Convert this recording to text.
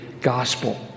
gospel